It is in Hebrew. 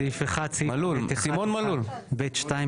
סעיף 1(ב1)(1)(ב)(2),